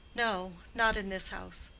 no not in this house.